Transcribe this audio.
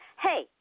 Hey